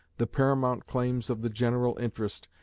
the paramount claims of the general interest,